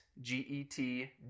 G-E-T